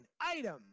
item